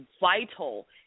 vital